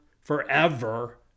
forever